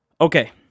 Okay